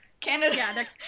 canada